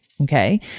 Okay